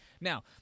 Now